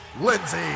Lindsay